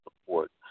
support